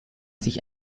sich